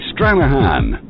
Stranahan